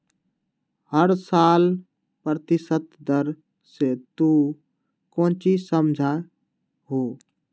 हर साल प्रतिशत दर से तू कौचि समझा हूँ